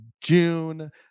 June